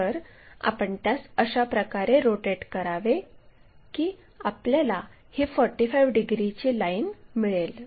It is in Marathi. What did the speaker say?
तर आपण त्यास अशा प्रकारे रोटेट करावे की आपल्याला ही 45 डिग्रीची लाइन मिळेल